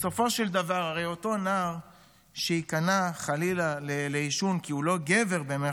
בסופו של דבר הרי אותו נער שייכנע חלילה לעישון כי הוא "לא גבר",